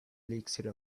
elixir